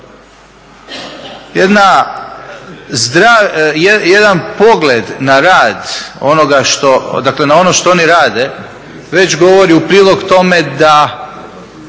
dakle ono što oni rade već govori u prilog tome da